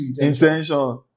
intention